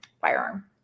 firearm